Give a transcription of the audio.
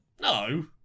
no